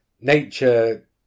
Nature